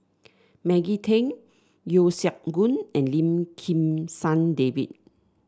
Maggie Teng Yeo Siak Goon and Lim Kim San David